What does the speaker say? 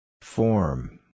Form